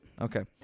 Okay